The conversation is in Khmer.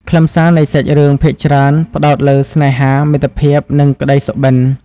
ខ្លឹមសារនៃសាច់រឿងភាគច្រើនផ្តោតលើ ស្នេហា មិត្តភាព និង ក្តីសុបិន។